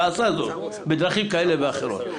ועשה זאת בדרכים כאלה ואחרות.